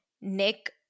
Nick